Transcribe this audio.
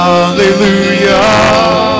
Hallelujah